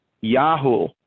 Yahoo